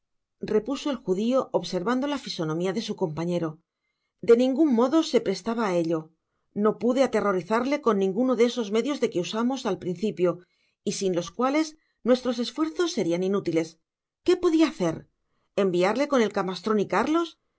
repuso el judio observando la fisonomia de su compañero de ningun modo se prestaba á ello no pude aterrorizarle con ninguno de esos medios de que usamos al principio y sin los cuales nuestros esfuerzos serian inútiles qué podia hacer enviarle con el camastron y cárlos